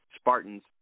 Spartans